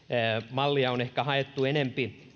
mallia on ehkä haettu enempi